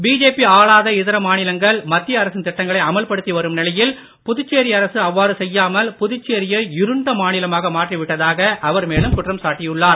BJP ஆளாத இதர மாநிலங்கள் மத்திய அரசின் திட்டங்களை அமல்படுத்தி வரும் நிலையில் புதுச்சேரி அரசு அவ்வாறு செய்யாமல் புதுச்சேரி யை இருண்ட மாநிலமாக மாற்றி விட்டதாக அவர் மேலும் குற்றம் சாட்டியுள்ளார்